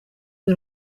rwe